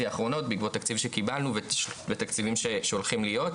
האחרונות בעקבות תקציב שקיבלנו ותקציבים שהולכים להיות.